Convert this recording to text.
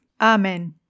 Amen